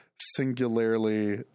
Singularly